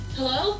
Hello